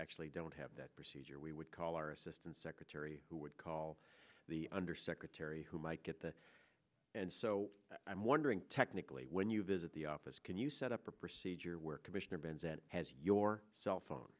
actually don't have that procedure we would call our assistant secretary who would call the undersecretary who might get that and so i'm wondering technically when you visit the office can you set up a procedure where commissioner bends and has your cellphone